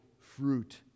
fruit